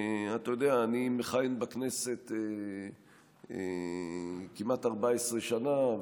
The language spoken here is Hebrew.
אני מכהן בכנסת כמעט 14 שנים,